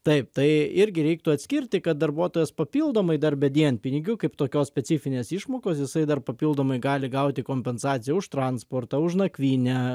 taip tai irgi reiktų atskirti kad darbuotojas papildomai darbe dienpinigių kaip tokios specifinės išmokos jisai dar papildomai gali gauti kompensaciją už transportą už nakvynę